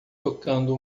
tocando